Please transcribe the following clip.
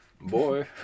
boy